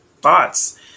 thoughts